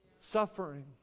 Suffering